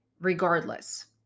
regardless